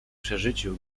przeżyciu